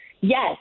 Yes